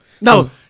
No